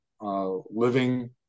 living